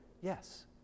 Yes